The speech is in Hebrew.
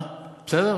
בסדר?